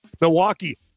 Milwaukee